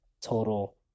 total